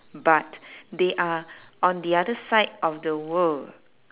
but they are on the other side of the world